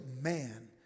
man